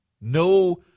No